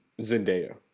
Zendaya